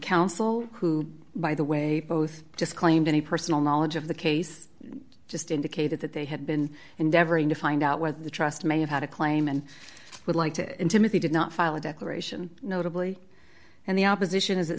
counsel who by the way both just claimed any personal knowledge of the case just indicated that they had been endeavoring to find out whether the trust may have had a claim and would like to intimate they did not file a declaration notably and the opposition is